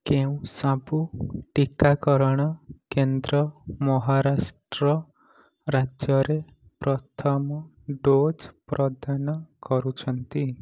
କେଉଁ ସବୁ ଟିକାକରଣ କେନ୍ଦ୍ର ମହାରାଷ୍ଟ୍ର ରାଜ୍ୟରେ ପ୍ରଥମ ଡୋଜ୍ ପ୍ରଦାନ କରୁଛନ୍ତି